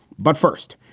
but first,